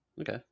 Okay